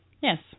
Yes